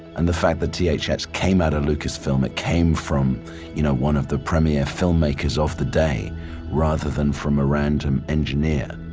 and the fact that thx yeah thx yeah came out of lucas film, it came from you know one of the premier filmmakers of the day rather than from a random engineer,